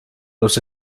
los